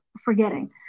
forgetting